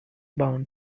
bound